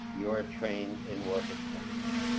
you're trained in work incentives.